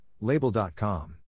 Label.com